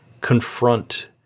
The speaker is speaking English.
confront